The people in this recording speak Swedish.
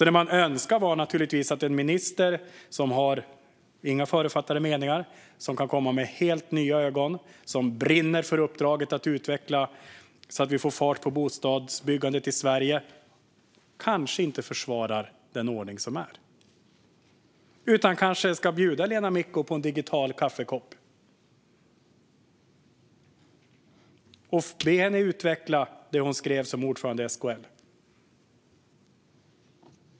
Det man önskar är en minister som inte har några förutfattade meningar, som kan komma med helt nya ögon, som brinner för uppdraget att utveckla så att vi får fart på bostadsbyggandet i Sverige och som kanske inte försvarar den ordning som finns utan kan bjuda Lena Micko på en digital kopp kaffe och be henne utveckla det som hon skrev som ordförande i SKL.